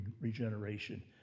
regeneration